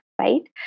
right